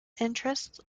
interests